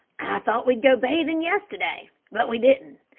i thought we'd go bathing yesterday, but we didn't,